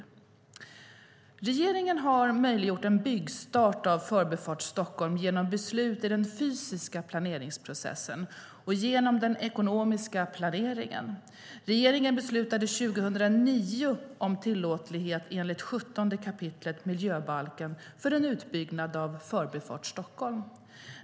Regeringen har möjliggjort en byggstart för Förbifart Stockholm genom beslut i den fysiska planeringsprocessen och genom den ekonomiska planeringen. Regeringen beslutade 2009 om tillåtlighet enligt 17 kap. miljöbalken för en utbyggnad av Förbifart Stockholm.